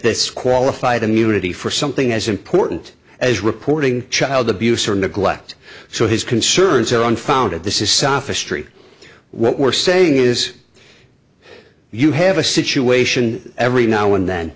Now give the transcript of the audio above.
that qualified immunity for something as important as reporting child abuse or neglect so his concerns are unfounded this is sophos tree what we're saying is you have a situation every now and then